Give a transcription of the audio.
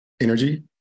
energy